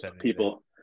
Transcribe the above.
people